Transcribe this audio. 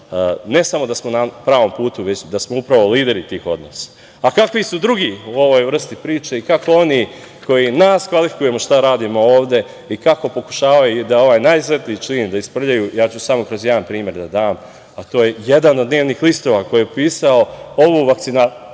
ne samo da smo na pravom putu, već da smo upravo lideri tih odnosa. Kakvi su drugi u ovoj vrsti priče, i kako oni koji nas kvalifikuju šta radimo ovde i kako pokušavaju da ovaj najsvetliji čin, da isprljaju, ja ću samo kroz jedan primer da dam, a to je jedan od dnevnih listova, koje je opisao ovu vakcinaciju